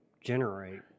generate